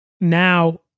now